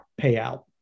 payout